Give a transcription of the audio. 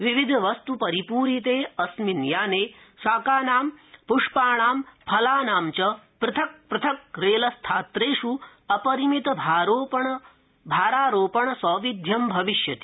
विविध वस्तुपरिपूरिते अस्मिन् याने शाकानां पुष्पाणां फलानां च पृथक् पृथक् रेल स्थात्रेष् अपरिमित भारारोपण सौविध्यं भविष्यति